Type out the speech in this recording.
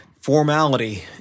formality